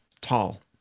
tall